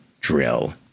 drill